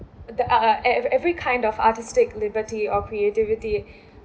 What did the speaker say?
the uh uh ev~ every kind of artistic liberty or creativity